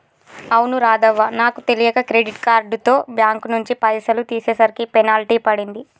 అవును రాధవ్వ నాకు తెలియక క్రెడిట్ కార్డుతో బ్యాంకు నుంచి పైసలు తీసేసరికి పెనాల్టీ పడింది